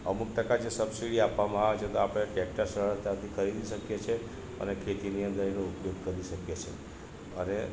અમુક ટકા જે સબસીડી આપવામાં આવે છે તો આપણે ટેક્ટર સરળતાથી ખરીદી શકીએ છે અને ખેતીની અંદર એનો ઉપયોગ કરી શકીએ છે અને